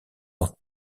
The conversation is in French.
dans